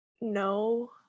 no